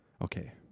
okay